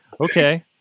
Okay